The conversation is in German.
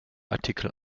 artikel